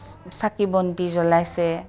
চাকি বন্তি জ্বলাইছে